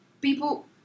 people